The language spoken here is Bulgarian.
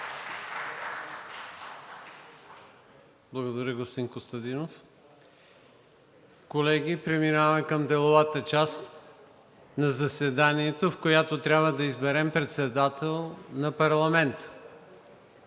Благодаря, господин Костадинов. Колеги, преминаваме към деловата част на заседанието, в която трябва да изберем председател на парламента.